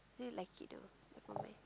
seems like it though never mind